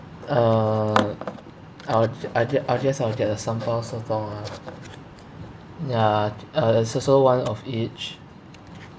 uh I would I gu~ I guess I'll get a sambal sotong ah ya uh it's also one of each